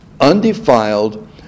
undefiled